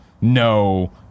no